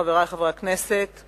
חברי חברי הכנסת,